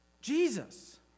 Jesus